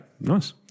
nice